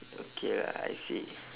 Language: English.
okay lah I see